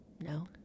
No